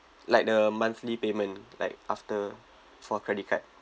like the monthly payment like after for credit card